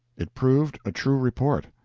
it proved a true report.